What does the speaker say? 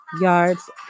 yards